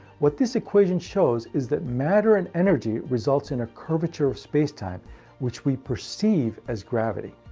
what this equation shows is that matter and energy, results in a curvature of space-time which we perceive as gravity.